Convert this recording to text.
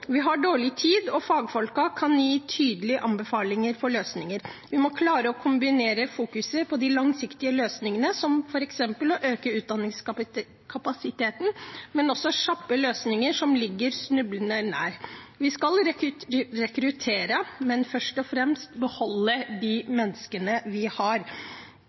Vi har dårlig tid, og fagfolkene kan gi tydelige anbefalinger om løsninger. Vi må klare å kombinere fokus på de langsiktige løsningene, som f.eks. å øke utdanningskapasiteten, med kjappe løsninger som ligger snublende nær. Vi skal rekruttere, men først og fremst beholde de menneskene vi har.